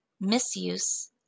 misuse